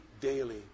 daily